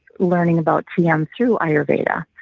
learning about tm through ayurveda.